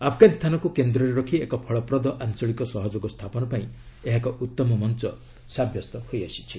ଆଫଗାନିସ୍ତାନକୁ କେନ୍ଦ୍ରରେ ରଖି ଏକ ଫଳପ୍ରଦ ଆଞ୍ଚଳିକ ସହଯୋଗ ସ୍ଥାପନ ପାଇଁ ଏହା ଏକ ଉତ୍ତମ ମଞ୍ଚ ସାବ୍ୟସ୍ତ ହୋଇଆସିଛି